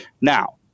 Now